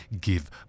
Give